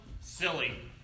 silly